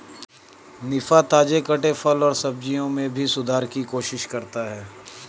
निफा, ताजे कटे फल और सब्जियों में भी सुधार की कोशिश करता है